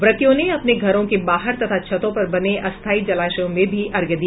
व्रतियों ने अपने घरों के बाहर तथा छतों पर बने अस्थायी जलाशयों में भी अर्घ्य दिया